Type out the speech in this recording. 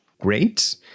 Great